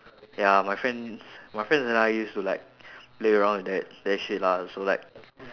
ya my friends my friends and I used to like play around with that that shit lah so like